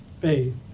faith